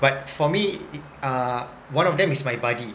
but for me uh one of them is my buddy